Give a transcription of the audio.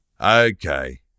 Okay